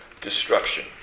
destruction